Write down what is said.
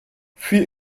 für